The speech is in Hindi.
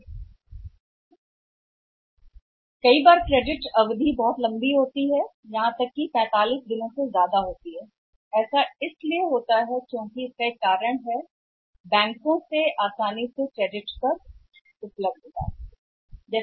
कभी कभी क्रेडिट अवधि 45 दिनों से भी अधिक लंबी होती है जो केवल इसलिए हो रही है एक बात जो बैंकों से क्रेडिट की आसान उपलब्धता के कारण है